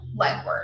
legwork